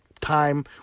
time